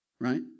Right